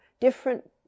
different